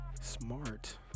smart